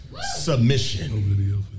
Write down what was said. Submission